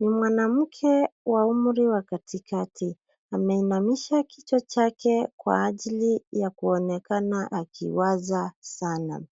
Ni mwanamke wa umri wa katikati ameinamisha kichwa chake kwa ajili ya kuonekana akiwaza sana.